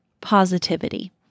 positivity